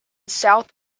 south